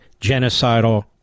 genocidal